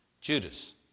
Judas